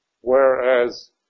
Whereas